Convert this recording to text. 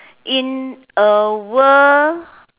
in a world